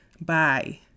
bye